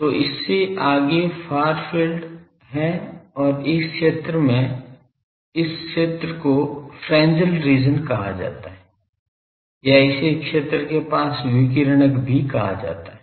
तो इससे आगे फार फील्ड है और इस क्षेत्र में इस क्षेत्र को फ्रेन्ज़ेल रीज़न कहा जाता है या इसे क्षेत्र के पास विकिरणक भी कहा जाता है